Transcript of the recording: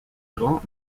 grands